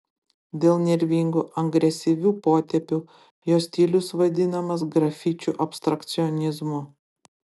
dėl nervingų agresyvių potėpių jo stilius vadinamas grafičių abstrakcionizmu